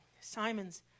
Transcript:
Simon's